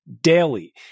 daily